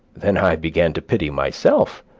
then i began to pity myself,